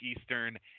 Eastern